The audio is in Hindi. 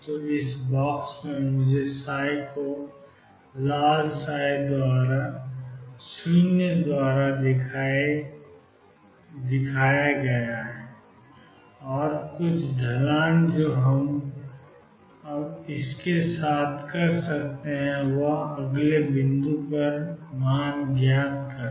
तो इस बॉक्स में मुझे को लाल ψ0 द्वारा दिखाने दिया है और कुछ ढलान जो हम इसके साथ कर सकते हैं वह है अगले बिंदु पर मान ज्ञात करना